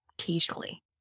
occasionally